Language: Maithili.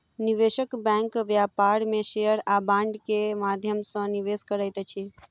निवेशक बैंक व्यापार में शेयर आ बांड के माध्यम सॅ निवेश करैत अछि